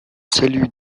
salut